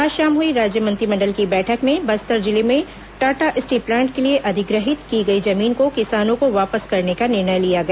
आज शाम हुई राज्य मंत्रिमंडल की बैठक में बस्तर जिले में टाटा स्टील प्लांट के लिए अधिग्रहित की गई जमीन को किसानों को वापस करने का निर्णय लिया गया